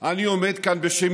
אני עומד כאן בשם